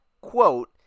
quote